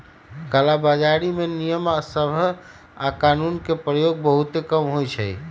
कला बजारी में नियम सभ आऽ कानून के प्रयोग बहुते कम होइ छइ